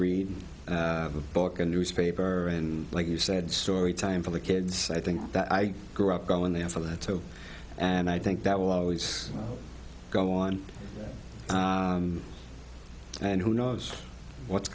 read a book a newspaper like you said story time for the kids i think that i grew up going there for that and i think that will always go on and who knows what's